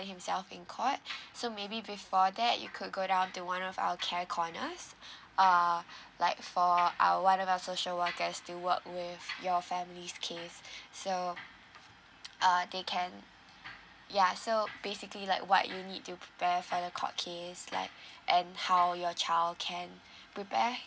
himself in court so maybe before that you could go down to one of our care corners err like for our one of our social workers to work with your family's case so uh they can ya so basically like what you need to prepare for the court case like and how your child can prepare